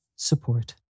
Support